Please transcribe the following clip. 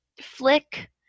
flick